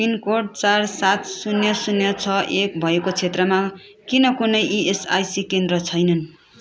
pin code चार सात शून्य शून्य छ एक भएको क्षेत्रमा किन कुनै इएसआइसी केन्द्र छैनन्